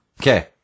Okay